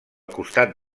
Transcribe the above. costat